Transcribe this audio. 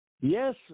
Yes